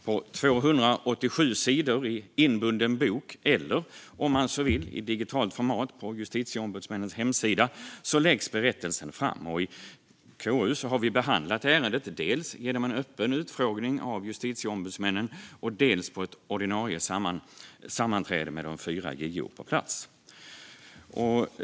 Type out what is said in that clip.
På 287 sidor i en inbunden bok, eller om man så vill i digitalt format på Justitieombudsmännens hemsida, läggs berättelsen fram. I KU har vi behandlat ärendet dels genom en öppen utfrågning av justitieombudsmännen, dels vid ett ordinarie sammanträde med de fyra justitieombudsmännen på plats.